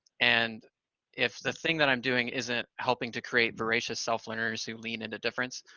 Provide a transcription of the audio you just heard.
and if the thing that i'm doing isn't helping to create voracious self-learners who lean into difference,